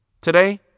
Today